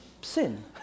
sin